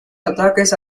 ataques